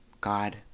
God